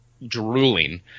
drooling